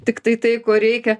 tiktai tai ko reikia